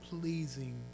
pleasing